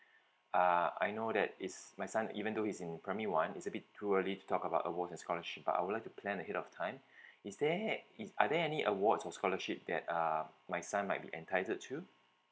uh I know that it's my son even though is in primary one it's a bit too early to talk about awards and scholarship but I would like to plan ahead of time is there is are there any awards or scholarship that uh my son might be entitled to